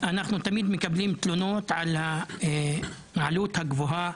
אנחנו תמיד מקבלים תלונות על העלות הגבוהה